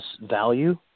value